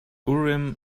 urim